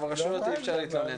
על הרשויות אי אפשר להתלונן.